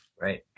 Right